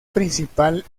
principal